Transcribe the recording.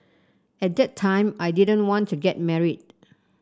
at that time I didn't want to get married